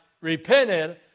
repented